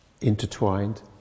intertwined